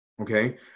Okay